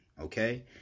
okay